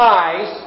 eyes